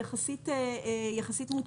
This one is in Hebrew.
היא יחסית מוטמעת.